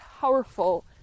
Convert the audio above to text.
powerful